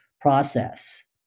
process